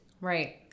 Right